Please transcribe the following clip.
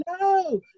no